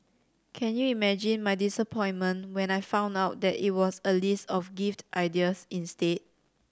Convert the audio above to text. can you imagine my disappointment when I found out that it was a list of gift ideas instead